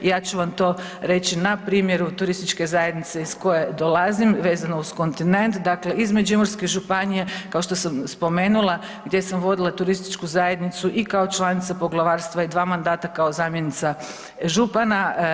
Ja ću vam to reći na primjeru turističke zajednice iz koje dolazim vezano uz kontinent, dakle iz Međimurske županije kao što sam spomenula gdje sam vodila turističku zajednicu i kao članica poglavarstva i dva mandata kao zamjenica župana.